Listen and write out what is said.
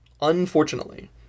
Unfortunately